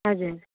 हजुर